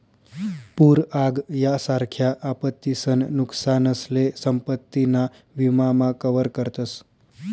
पूर आग यासारख्या आपत्तीसन नुकसानसले संपत्ती ना विमा मा कवर करतस